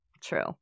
True